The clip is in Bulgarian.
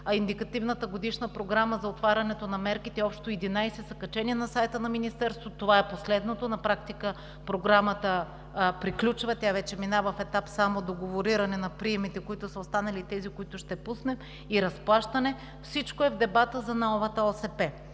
а Индикативната годишна програма за отварянето на мерките – общо 11, са качени на сайта на Министерството. На практика това е последното. Програмата приключва, тя вече минава в етап само договориране на приемите, които са останали и тези, които ще пуснем за разплащане. Всичко е в дебата за новата Обща